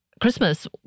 Christmas